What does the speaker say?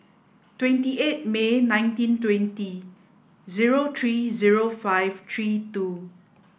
twenty eight May nineteen twenty zero three zero five three two